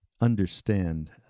understand